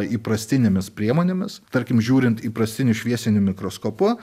įprastinėmis priemonėmis tarkim žiūrint įprastiniu šviesiniu mikroskopu